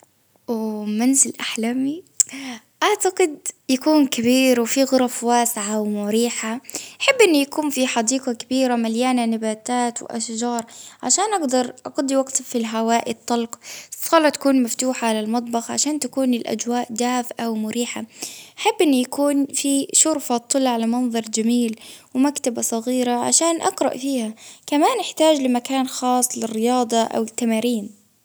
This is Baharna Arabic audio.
ومنزل أحلامي أعتقد يكون كبير وفي غرف واسعة ومريحة ،أحب إنه يكون في حديقة كبيرة مليانة نباتات وأشجار عشان أقدر أقضي وقتي في الهواء الطلق، بس إن شاء الله تكون مفتوحة على المطبخ عشان تكون الأجواء دافئة ومريحة، أحب إن يكون في شرفة تطلع علي منظر جميل، ومكتبة صغيرة عشان أقرأ فيها ،كمان أحتاج لمكان خاص للرياضة أو التمارين.